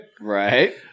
Right